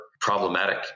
problematic